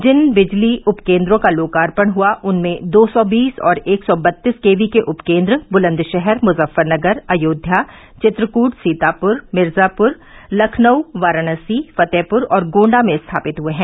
जिन बिजली उपकेन्द्रों का लोकार्पण हुआ उनमें दो सौ बीस एवं एक सौ बत्तीस के री के उपकेन्द्र बुलंदशहर मुजफ्फरनगर अयोध्या चित्रकूट सीतापुर मिर्जापुर लखनऊ वाराणसी फतेहपुर और गोण्डा में स्थापित हुए हैं